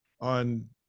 on